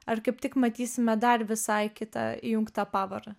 ar kaip tik matysime dar visai kitą įjungtą pavarą